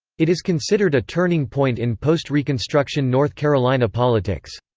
it is considered a turning point in post-reconstruction north carolina politics.